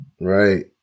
Right